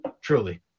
Truly